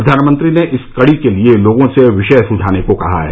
प्रधानमंत्री ने इस कड़ी के लिए लोगों से विषय सुझाने को कहा है